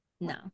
No